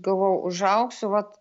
galvojau užaugsiu vat